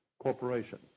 Corporation